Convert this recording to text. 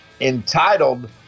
Entitled